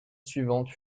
suivante